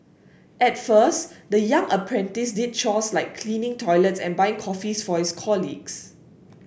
at first the young apprentice did chores like cleaning toilets and buying coffees for his colleagues